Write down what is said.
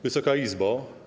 Wysoka Izbo!